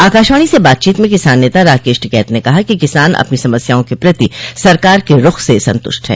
आकाशवाणी से बातचीत में किसान नेता राकेश टिकैत ने कहा कि किसान अपनी समस्याओं के प्रति सरकार के रूख से संतुष्ट है